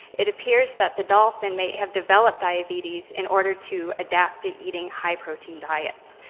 it appears that the dolphin may have developed diabetes in order to adapt to eating high protein diets,